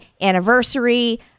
anniversary